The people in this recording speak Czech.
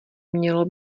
mělo